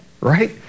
right